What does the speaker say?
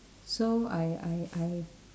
so I I I